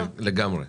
לגמרי.